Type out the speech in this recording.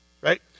right